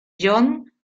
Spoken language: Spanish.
jon